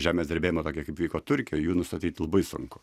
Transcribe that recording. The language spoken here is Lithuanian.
žemės drebėjimo tokio kaip vyko turkijoj jų nustatyt labai sunku